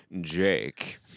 Jake